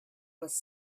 was